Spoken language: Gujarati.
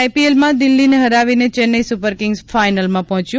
આઈપીએલમાં દિલ્હીને હરાવીને ચેન્નાઈ સુપર કિંગ્સ ફાયનલમાં પહોચ્યું